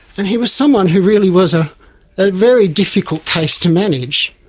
and he was someone who really was a ah very difficult case to manage.